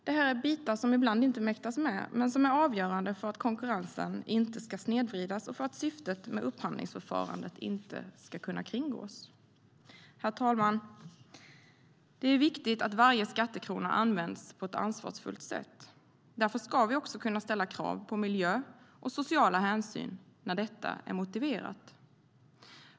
Det här är bitar som ibland inte mäktas med men som är avgörande för att konkurrensen inte ska snedvridas och för att syftet med upphandlingsförfarandet inte ska kunna kringgås. Herr talman! Det är viktigt att varje skattekrona används på ett ansvarsfullt sätt. Därför ska vi också kunna ställa krav på miljöhänsyn och sociala hänsyn när detta är motiverat.